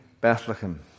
Bethlehem